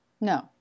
No